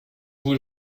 vous